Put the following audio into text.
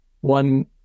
one